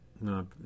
No